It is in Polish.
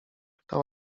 pyta